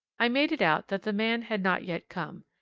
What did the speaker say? i made it out that the man had not yet come,